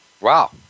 Wow